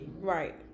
Right